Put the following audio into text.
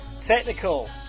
Technical